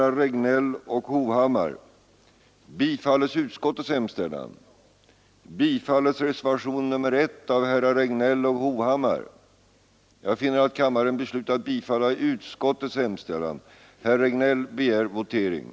begära skyndsam utredning beträffande den allmänna arbetsgivaravgiften i enlighet med vad reservanterna anfört,